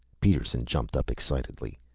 peterson jumped up excitedly.